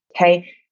Okay